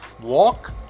walk